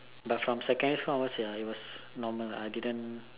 but from secondary school onwards ya it was normal I didn't